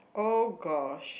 oh gosh